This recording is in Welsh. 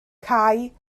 cau